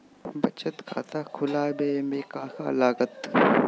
बचत खाता खुला बे में का का लागत?